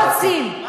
לא רצים.